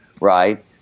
right